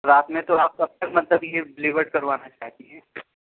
رات میں تو آپ کب تک مطلب یہ ڈلیور کروانا چاہتی ہیں